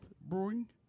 Brewing